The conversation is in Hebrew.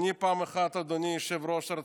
אדוני היושב-ראש,